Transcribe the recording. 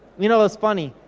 you know it was funny,